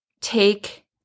take